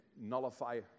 nullify